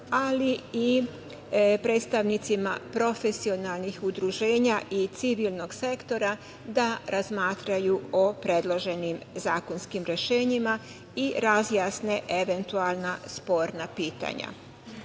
ali i predstavnicima profesionalnih udruženja i civilnog sektora da razmatraju o predloženim zakonskim rešenjima i razjasne eventualna sporna